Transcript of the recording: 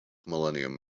millennium